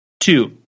Two